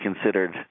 considered